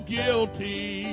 guilty